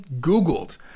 Googled